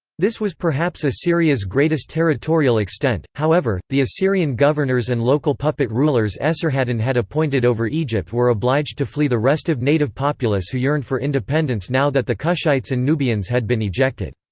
this was perhaps assyria's greatest territorial extent however, the assyrian governors and local puppet rulers esarhaddon had appointed over egypt were obliged to flee the restive native populace who yearned for independence now that the kushites and nubians had been ejected.